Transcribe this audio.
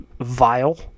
vile